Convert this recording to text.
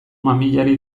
mamiari